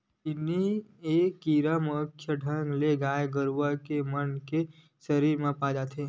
किन्नी ए कीरा मुख्य ढंग ले गाय गरुवा मन के सरीर म पाय जाथे